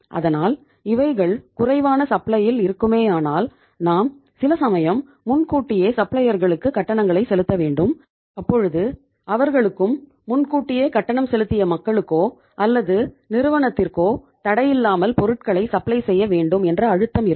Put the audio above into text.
அதனால் இவைகள் குறைவான சப்ளையில் இருக்குமேயானால் நாம் சில சமயம் முன்கூட்டியே சப்ளையர்களுக்கு கட்டணங்களை செலுத்த வேண்டும் அப்பொழுது அவர்களுக்கும் முன்கூட்டியே கட்டணம் செலுத்திய மக்களுக்கோ அல்லது நிறுவனத்திற்கோ தடையில்லாமல் பொருட்களை சப்ளை செய்யவேண்டும் என்ற அழுத்தம் இருக்கும்